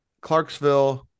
Clarksville